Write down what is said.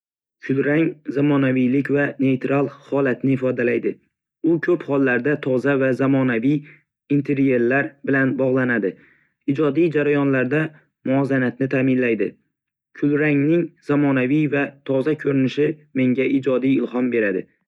Kul rang zamonaviylik va neytral holatni ifodalaydi. U ko‘p hollarda toza va zamonaviy interyerlar bilan bog‘lanadi, ijodiy jarayonlarda muvozanatni ta’minlaydi. Kul rangning zamonaviy va toza ko‘rinishi menga ijodiy ilhom beradi.